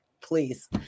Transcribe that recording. Please